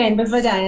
כן, בוודאי.